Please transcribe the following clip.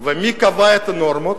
ומי קבע את הנורמות?